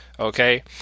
okay